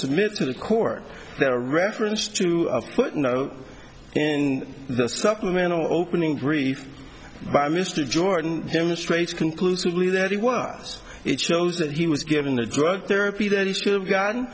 submit to the court there reference to a footnote in the supplemental opening grief by mr jordan demonstrates conclusively that it was it shows that he was given a drug therapy that he should have gotten